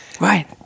Right